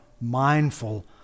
mindful